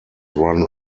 run